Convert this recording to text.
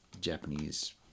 Japanese